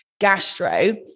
gastro